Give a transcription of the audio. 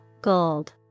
gold